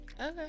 Okay